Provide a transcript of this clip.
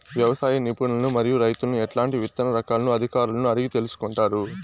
వ్యవసాయ నిపుణులను మరియు రైతులను ఎట్లాంటి విత్తన రకాలను అధికారులను అడిగి తెలుసుకొంటారు?